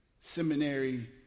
seminary